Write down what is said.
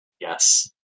Yes